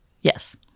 Yes